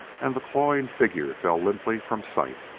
and the clawing figure fell limply from sight.